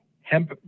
hemp